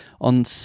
on